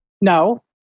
no